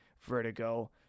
Vertigo